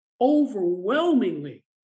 overwhelmingly